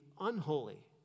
unholy